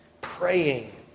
Praying